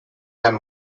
than